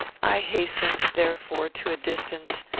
i hastened, therefore, to a distance,